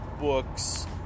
books